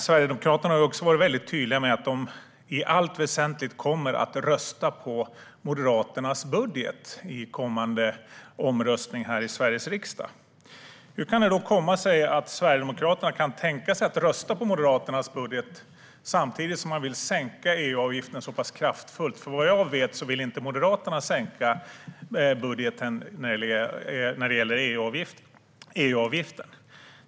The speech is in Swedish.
Sverigedemokraterna har också varit tydliga med att de i allt väsentligt kommer att rösta på Moderaternas budget i den kommande omröstningen här i Sveriges riksdag. Hur kan det komma sig att Sverigedemokraterna kan tänka sig att rösta på Moderaternas budget samtidigt som de vill sänka EU-avgiften så pass kraftigt? Vad jag vet vill inte Moderaterna sänka budgeten när det gäller EU-avgiften.